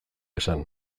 esan